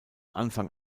anfang